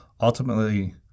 ultimately